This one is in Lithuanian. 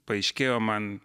paaiškėjo man